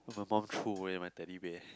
my mum threw away my Teddy Bear